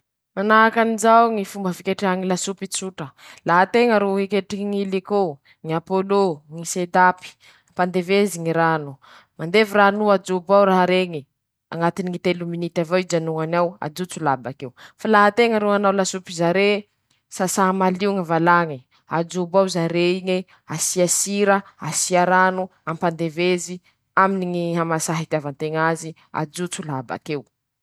Manahaky anizao ñy fanaova ñy sôsy curry :-Tampatampahin-teña ñy tongolo aminy ñy tongolo lay, vit'eñy afanà ñy menaky aminy ñy lapoaly, mafan'eñy ajobo ñy tongolo noho ñy tongolo lay, aharo, masaky rey, asian-teña ñy curry pawoeder, vit'eñy, haroeharoe soa, masaky koa eñy ajobo ñy tamatesy aminy ñy sakay iñy, lafa vit'eñy afangaro, masaky, asian-teña rano kelikely i mba hampalemy azy soa; masaky soa ey laha bakeo.